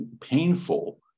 painful